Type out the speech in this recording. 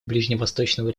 ближневосточного